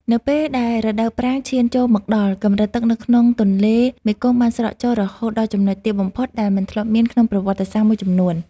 នៅពេលដែលរដូវប្រាំងឈានចូលមកដល់ កម្រិតទឹកនៅក្នុងទន្លេមេគង្គបានស្រកចុះរហូតដល់ចំណុចទាបបំផុតដែលមិនធ្លាប់មានក្នុងប្រវត្តិសាស្ត្រមួយចំនួន។